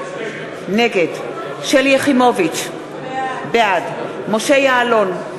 נגד שלי יחימוביץ, בעד משה יעלון,